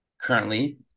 currently